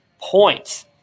points